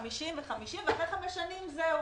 ו-50, ו-50, ואחרי חמש שנים, זהו.